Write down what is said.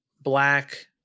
black